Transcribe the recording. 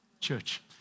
Church